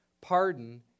Pardon